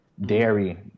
dairy